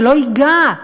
שלא ייגע,